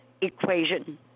equation